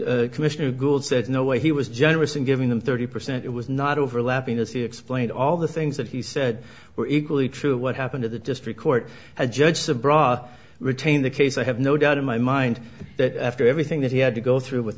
just commissioner gould said no way he was generous in giving them thirty percent it was not overlapping as he explained all the things that he said were equally true what happened in the district court judge the bra retain the case i have no doubt in my mind that after everything that he had to go through with